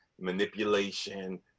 manipulation